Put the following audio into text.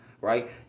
Right